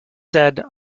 said